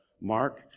Mark